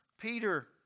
Peter